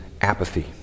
apathy